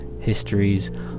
histories